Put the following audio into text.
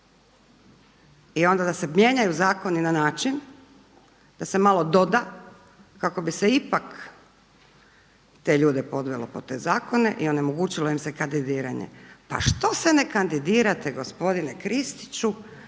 i onda da se mijenjaju zakoni na način da se malo doda kako bi se ipak te ljude podvelo pod te zakone i onemogućilo im se kandidiranje. Pa što se ne kandidirate gospodine Kristiću